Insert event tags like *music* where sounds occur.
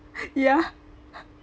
ya *laughs*